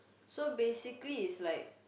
so basically is like